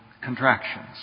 contractions